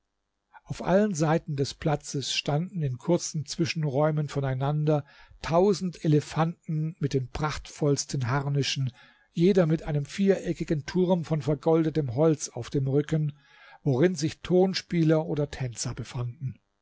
auf allen seiten des platzes standen in kurzen zwischenräumen voneinander tausend elefanten mit den prachtvollsten harnischen jeder mit einem viereckigen turm von vergoldetem holz auf dem rücken worin sich tonspieler oder tänzer befanden